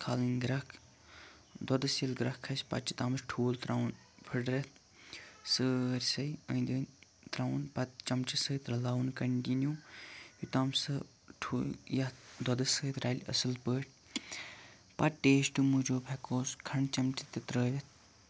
تَتھ کھالٕنۍ گرٛکھ دۄدَس ییٚلہِ گرٛکھ کھَسہِ پَتہٕ چھِ تَتھ مَنٛز ٹھوٗل تراوُن پھِٹرِتھ سٲرسٕے أندۍ أندۍ تراوُن پَتہٕ چَمچہِ سۭتۍ رَلاوُن کَنٹِنیو یوٚتام سُہ ٹھوٗل یتھ دۄدَس سۭتۍ رَلہِ اَصل پٲٹھۍ پتہٕ ٹیسٹہٕ موٗجوٗب ہٮ۪کہٕ ووس کھنٛڈٕ چَمچہٕ تہِ ترٲیِتھ